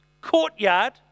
courtyard